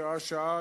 שעה-שעה,